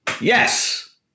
yes